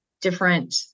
different